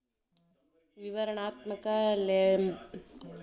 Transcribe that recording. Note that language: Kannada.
ವಿವರಣಾತ್ಮಕ ಲೇಬಲ್ಲಿಂದ ಗ್ರಾಹಕರ ತಿನ್ನೊ ಆಹಾರ ಬಳಸ್ತಿರೋ ಉತ್ಪನ್ನದಾಗ ಏನೈತಿ ಅಂತ ತಿಳಿತದ